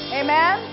amen